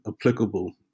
applicable